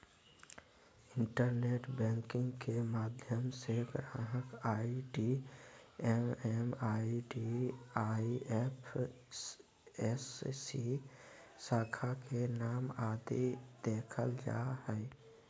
internet banking के माध्यम से ग्राहक आई.डी एम.एम.आई.डी, आई.एफ.एस.सी, शाखा के नाम आदि देखल जा हय